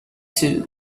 two